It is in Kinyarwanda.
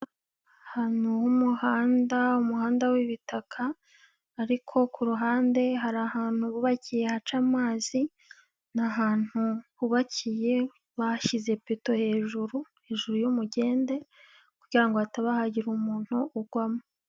Ahantu h'umuhanda, umuhanda w'ibita, ariko kuruhande hari ahantu hubakiye haca amazi, ni ahantu hubakiye bashyize beto hejuru, hejuru y'umugende, kugira ngo hataba hagira umuntu ugwamo.